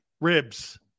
Ribs